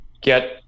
get